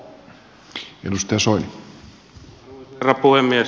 arvoisa herra puhemies